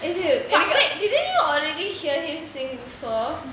!aiyoyo! எனக்கு:enakku wait did anyone already hear him sing before